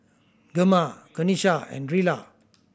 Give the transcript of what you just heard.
Gemma Kenisha and Rilla